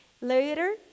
Later